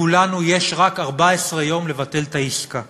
לכולנו יש רק 14 יום לבטל את העסקה.